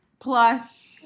Plus